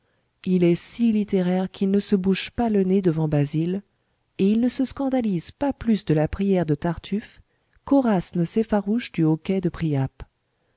il est si littéraire qu'il ne se bouche pas le nez devant basile et il ne se scandalise pas plus de la prière de tartuffe qu'horace ne s'effarouche du hoquet de priape